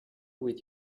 with